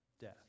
death